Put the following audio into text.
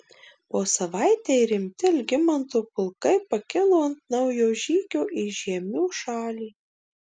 po savaitei rimti algimanto pulkai pakilo ant naujo žygio į žiemių šalį